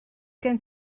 gen